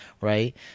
right